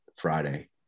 friday